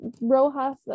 rojas